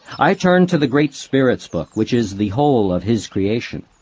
i turn to the great spirit's book which is the whole of his creation.